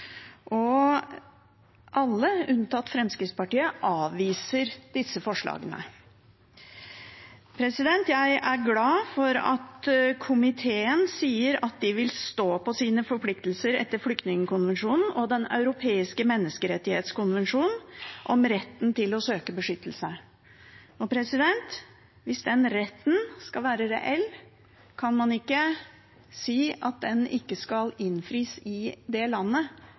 underpunkter. Alle partier unntatt Fremskrittspartiet avviser disse forslagene. Jeg er glad for at komiteen sier at de vil stå på sine forpliktelser etter flyktningkonvensjonen og den europeiske menneskerettskonvensjonen om retten til å søke beskyttelse. Hvis den retten skal være reell, kan man ikke si at den ikke skal innfris i et land som inngår som en avtalepart til disse forpliktelsene. For det